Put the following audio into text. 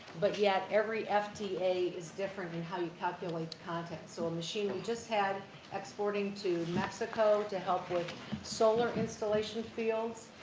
but yet every fta is different in how you calculate the content. so, a machine we just had exporting to mexico to help with solar installation fields,